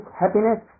happiness